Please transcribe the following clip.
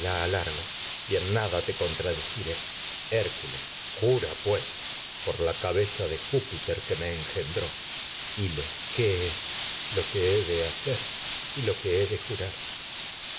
la alargo pues y en por nada te contradeciré la hércules jura que me cabeza de júpiter engendró hil lo qué es lo que he de hacer y lo que he jurar